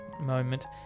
moment